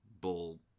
bull